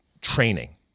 training